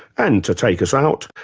and to take us out,